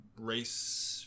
race